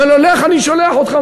אומר לו: לך, אני שולח אותך.